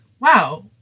wow